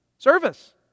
Service